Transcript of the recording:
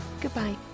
goodbye